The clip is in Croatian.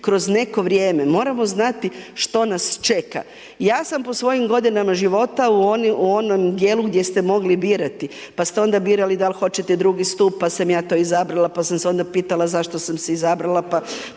kroz neko vrijeme, moramo znati što nas čeka. Ja sam po svojim godinama života u onom dijelu gdje ste mogli birati pa ste onda birali da hoćete drugi stup pa sam ja to izabrala, pa sam se onda pitala zašto sam si izabrala, pa